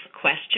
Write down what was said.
Question